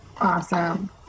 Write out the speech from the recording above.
Awesome